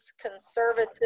conservative